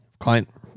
Client